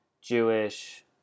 Jewish